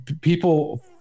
people